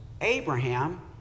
Abraham